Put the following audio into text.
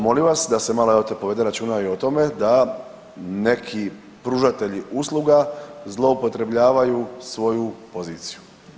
Molim vas da se malo tu povede računa i o tome da neki pružatelji usluga zloupotrebljavaju svoju poziciju.